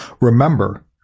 remember